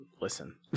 listen